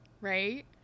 Right